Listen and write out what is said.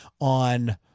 on